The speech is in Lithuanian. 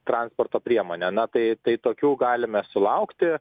transporto priemonė na tai tai tokių galime sulaukti